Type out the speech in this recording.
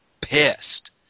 pissed